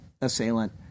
assailant